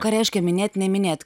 ką reiškia minėt neminėt